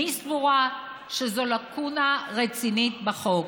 אני סבורה שזו לקונה רצינית בחוק,